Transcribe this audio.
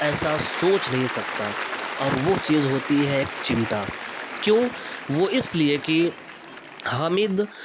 ایسا سوچ نہیں سکتا اور وہ چیز ہوتی ہے ایک چمٹا کیوں وہ اس لیے کہ حامد